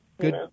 good